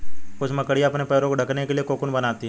कुछ मकड़ियाँ अपने पैरों को ढकने के लिए कोकून बनाती हैं